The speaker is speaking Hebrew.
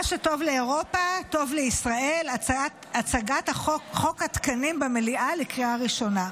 "מה שטוב לאירופה טוב לישראל" הצגת חוק התקנים במליאה לקריאה ראשונה.